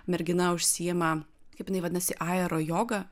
mergina užsiima kaip jinai vadinasi aerojoga